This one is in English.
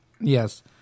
Yes